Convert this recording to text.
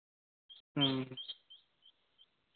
ᱦᱮᱸ